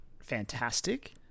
fantastic